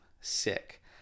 sick